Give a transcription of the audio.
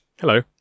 Hello